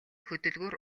хөдөлгүүр